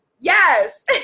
Yes